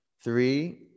three